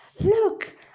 Look